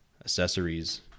accessories